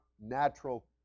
natural